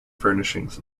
furnishings